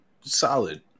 solid